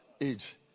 age